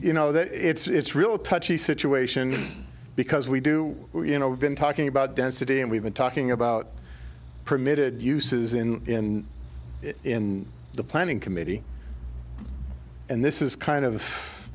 you know that it's really a touchy situation because we do you know we've been talking about density and we've been talking about permitted uses in it in the planning committee and this is kind of